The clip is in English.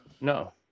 No